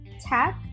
tech